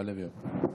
יעלה ויבוא.